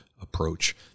approach